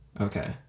Okay